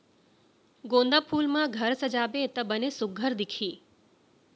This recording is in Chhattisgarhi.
गोंदा फूल म घर सजाबे त बने सुग्घर दिखही